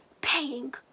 paying